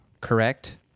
correct